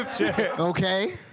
Okay